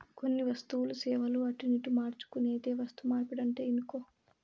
కొన్ని వస్తువులు, సేవలు అటునిటు మార్చుకునేదే వస్తుమార్పిడంటే ఇనుకో